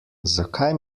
zakaj